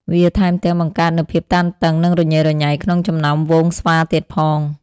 វាថែមទាំង បង្កើតនូវភាពតានតឹង និងរញ៉េរញ៉ៃក្នុងចំណោមហ្វូងស្វាទៀតផង។